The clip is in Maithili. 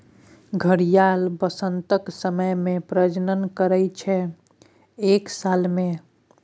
घड़ियाल बसंतक समय मे प्रजनन करय छै एक साल मे